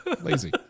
lazy